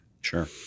Sure